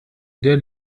der